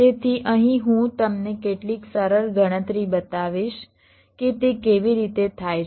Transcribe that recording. તેથી અહીં હું તમને કેટલીક સરળ ગણતરી બતાવીશ કે તે કેવી રીતે થાય છે